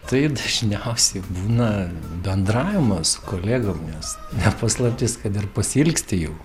tai dažniausiai būna bendravimas su kolegom nes ne paslaptis kad ir pasiilgsti jų